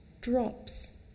drops